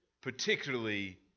particularly